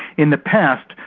in the past,